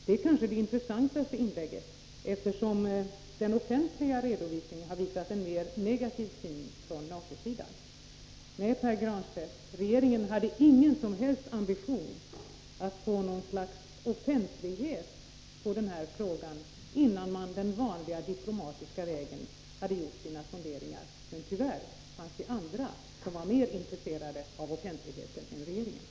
Det är kanske det intressantaste inlägget, eftersom den offentliga redovisningen har visat en mer negativ syn från NATO-sidan. Nej, Pär Granstedt, regeringen hade ingen som helst ambition att ge något slags offentlighet åt den här frågan innan man den vanliga diplomatiska vägen hade gjort sina sonderingar. Tyvärr fanns det andra som var mer intresserade av offentligheten än regeringen.